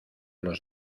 los